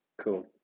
Cool